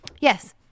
Yes